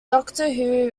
doctor